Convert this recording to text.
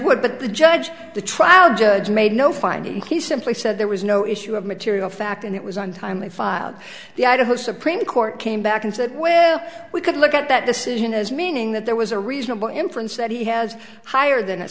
would but the judge the trial judge made no finding he simply said there was no issue of material fact and it was untimely filed the idaho supreme court came back and said where we could look at that decision as meaning that there was a reasonable inference that he has higher than